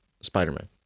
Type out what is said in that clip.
Spider-Man